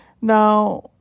Now